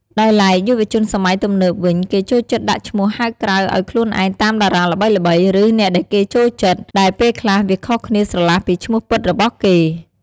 ដោយឡែក យុវជនសម័យទំនើបវិញ គេចូលចិត្តដាក់ឈ្មោះហៅក្រៅឱ្យខ្លួនឯងតាមតារាល្បីៗ ឬ អ្នកដែលគេចូលចិត្ត ដែលពេលខ្លះវាខុសគ្នាស្រឡះពីឈ្មោះពិតរបស់គេ។